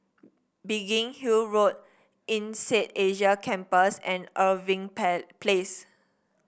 Biggin Hill Road INSEAD Asia Campus and Irving Place